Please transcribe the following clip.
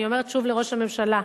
אני אומרת שוב לראש הממשלה: